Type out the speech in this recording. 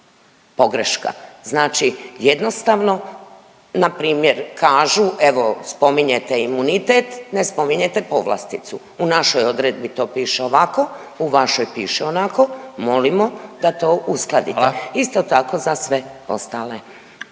pogreška. Znači jednostavno npr. kažu evo spominjete imunitet, ne spominjete povlasticu. U našoj odredbi to piše ovako u vašoj piše onako molimo da to uskladite. …/Upadica Radin: Hvala./…